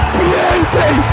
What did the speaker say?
beauty